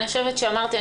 אני חושבת שאמרתי,